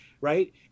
right